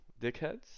dickheads